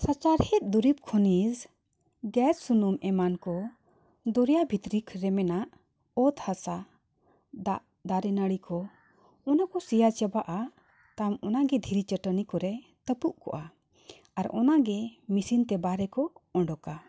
ᱥᱟᱪᱟᱨᱦᱮᱫ ᱫᱩᱨᱤᱵᱽ ᱠᱷᱚᱱᱤᱡᱽ ᱜᱮᱥ ᱥᱩᱱᱩᱢ ᱮᱢᱟᱱ ᱠᱚ ᱫᱚᱨᱭᱟ ᱵᱷᱤᱛᱨᱤ ᱠᱚᱨᱮ ᱢᱮᱱᱟᱜ ᱚᱛ ᱦᱟᱥᱟ ᱫᱟᱜ ᱫᱟᱨᱮ ᱱᱟᱹᱲᱤ ᱠᱚ ᱚᱱᱟ ᱠᱚ ᱥᱮᱭᱟ ᱪᱟᱵᱟᱜᱼᱟ ᱛᱟᱢ ᱚᱱᱟ ᱜᱮ ᱫᱷᱤᱨᱤ ᱪᱟᱹᱴᱟᱹᱱᱤ ᱠᱚᱨᱮ ᱛᱟᱯᱩᱜ ᱠᱚᱜᱼᱟ ᱟᱨ ᱚᱱᱟ ᱜᱮ ᱢᱤᱥᱤᱱ ᱛᱮ ᱵᱟᱦᱨᱮ ᱠᱚ ᱚᱰᱚᱠᱟ